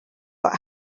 but